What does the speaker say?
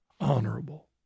honorable